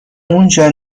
اونجا